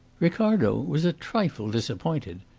ricardo was a trifle disappointed.